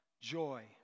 joy